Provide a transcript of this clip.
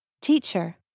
Teacher